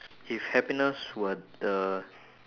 if happiness were the